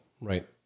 Right